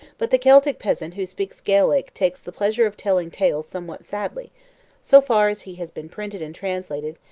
but the celtic peasant who speaks gaelic takes the pleasure of telling tales somewhat sadly so far as he has been printed and translated,